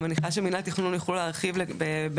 אני מניחה שמינהל התכנון יוכלו להרחיב בנוגע